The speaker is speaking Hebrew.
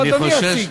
אדוני יציג.